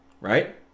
Right